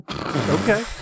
okay